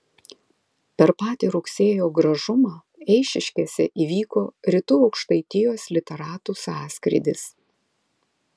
per patį rugsėjo gražumą eišiškėse įvyko rytų aukštaitijos literatų sąskrydis